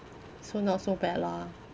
so not so bad lah